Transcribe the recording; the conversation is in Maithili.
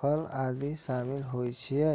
फली आदि शामिल होइ छै